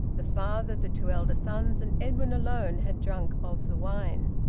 the father, the two elder sons, and edwin alone had drunk of the wine.